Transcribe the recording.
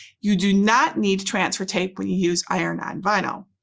you do not need transfer tape when you use iron-on vinyl.